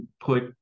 put